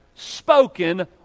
spoken